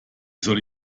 soll